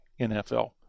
NFL